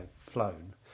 flown